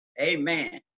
Amen